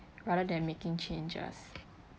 rather than making changes